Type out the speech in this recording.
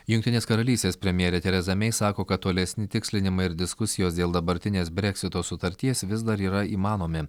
jungtinės karalystės premjerė terza mei sako kad tolesni tikslinimai ir diskusijos dėl dabartinės breksito sutarties vis dar yra įmanomi